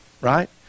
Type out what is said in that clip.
right